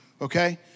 okay